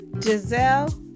Giselle